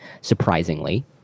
surprisingly